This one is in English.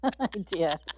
idea